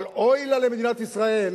אבל אוי לה למדינת ישראל